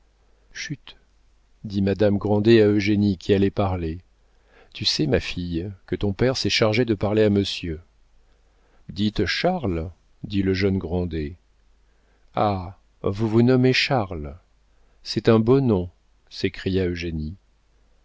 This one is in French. chut dit madame grandet à eugénie qui allait parler tu sais ma fille que ton père s'est chargé de parler à monsieur dites charles dit le jeune grandet ah vous vous nommez charles c'est un beau nom s'écria